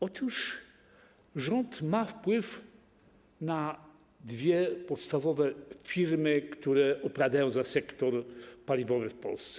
Otóż rząd ma wpływ na dwie podstawowe firmy, które odpowiadają za sektor paliwowy w Polsce.